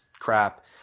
crap